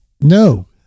no